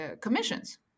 commissions